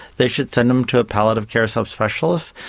they should send them to a palliative care subspecialist,